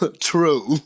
true